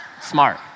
Smart